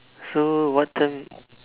so what time